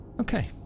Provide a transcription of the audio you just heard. Okay